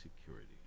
Security